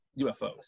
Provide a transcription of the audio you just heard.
UFOs